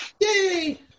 Yay